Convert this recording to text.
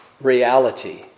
reality